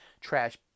trash